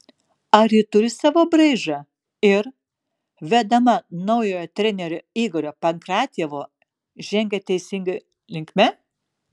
ar ji turi savo braižą ir vedama naujojo trenerio igorio pankratjevo žengia teisinga linkme